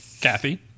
Kathy